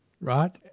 right